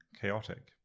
chaotic